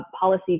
policy